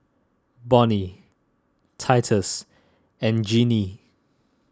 Bonny Titus and Jeannie